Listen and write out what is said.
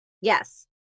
yes